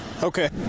Okay